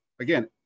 Again